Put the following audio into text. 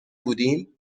بودیم